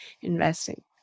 investing